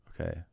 Okay